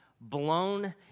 blown